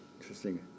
Interesting